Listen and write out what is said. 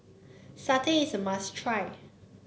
satay is a must try